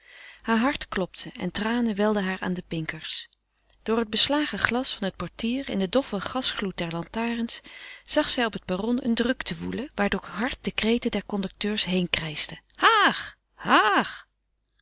heur hart klopte en tranen welden haar aan de pinkers door het beslagen glas van het portier in den doffen gasgloed der lantarens zag zij op het perron eene drukte woelen waardoor hard de kreten der conducteurs heenkrijschten haag haag het